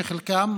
שחלקם,